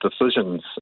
decisions